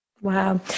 Wow